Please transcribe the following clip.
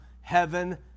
heaven